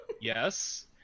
Yes